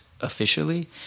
officially